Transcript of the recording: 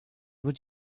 would